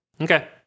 Okay